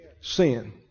Sin